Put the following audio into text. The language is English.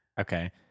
Okay